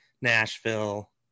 Nashville